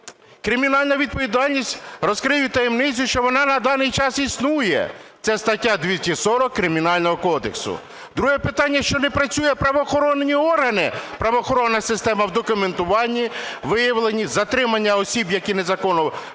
Кримінальна відповідальність, розкрию таємницю, що вона на даний час існує - це стаття 240 Кримінального кодексу. Друге питання, що не працюють правоохоронні органи, правоохоронна система в документуванні, виявленні, затриманні осіб, які незаконно видобувають,